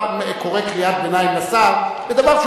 אתה קורא קריאת ביניים לשר לדבר,